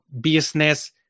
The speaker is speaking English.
business